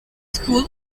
school